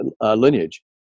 lineage